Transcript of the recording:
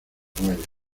bueyes